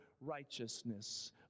righteousness